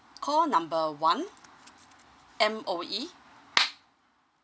call number one M_O_E